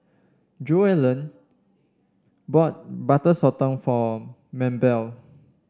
Joellen bought Butter Sotong for Mabelle